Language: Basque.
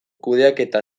kudeaketa